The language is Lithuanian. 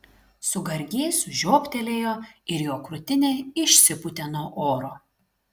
su gargėsiu žioptelėjo ir jo krūtinė išsipūtė nuo oro